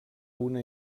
una